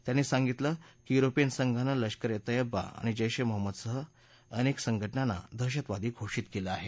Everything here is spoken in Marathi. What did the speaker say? त्यांनी सांगितलं की युरोपीय संघानं लष्कर ए तय्यबा आणि जैश ए महम्मदसह अनेक संघटनांना दहशतवादी घोषित केलं आहे